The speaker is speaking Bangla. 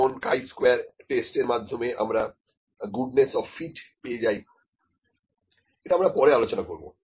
যেমন কাই স্কয়ার টেস্ট এর মাধ্যমে আমরা গুডনেস অফ ফিট পেয়ে যাই এটা আমরা পরে আলোচনা করব